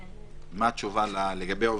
מה התשובה לגבי עובדים?